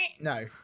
No